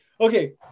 Okay